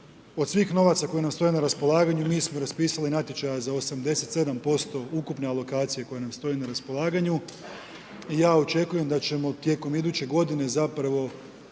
Od svih novaca koji nam stoje na raspolaganju, mi smo raspisali natječaje za 87% ukupne alokacije koja nam stoji na raspolaganju. I ja očekujem da ćemo tijekom iduće godine zapravo